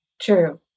True